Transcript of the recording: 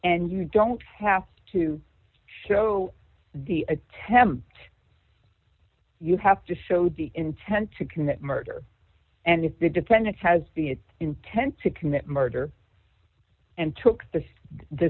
and you don't have to show the attempt you have to show the intent to commit murder and if the dependent has the intent to commit murder and took the the